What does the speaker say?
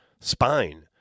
spine